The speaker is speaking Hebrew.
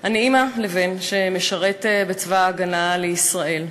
אני אימא לבן שמשרת בצבא ההגנה לישראל.